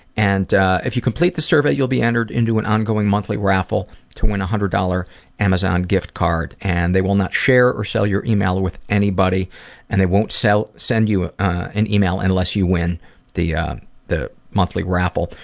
and if you complete the survey you will be entered into an ongoing monthly raffle to win a hundred dollar amazon gift card and they will not share or sell your email with anybody and the won't send you ah an email unless you win the um the monthly raffle.